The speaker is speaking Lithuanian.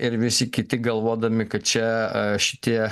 ir visi kiti galvodami kad čia šitie